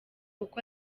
uko